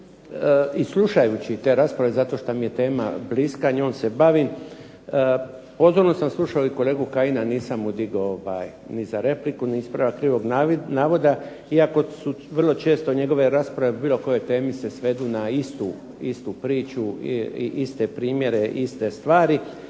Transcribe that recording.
i slušajući te rasprave zato što mi je tema bliska, njom se bavim, pozorno sam slušao i kolegu Kajina, nisam mu digao ni za repliku ni ispravak krivog navoda, iako su vrlo često njegove rasprave o bilo kojoj temi se svedu na istu priču i iste primjere, iste stvari,